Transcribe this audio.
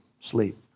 sleep